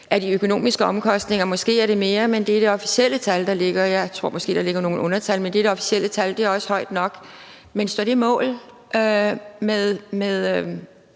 er de økonomiske omkostninger. Måske er det mere, men det er det officielle tal, der ligger. Jeg tror måske, der er nogle mørketal, men det er det officielle tal, og det er også højt nok. Men står det mål med